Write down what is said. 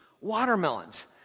watermelons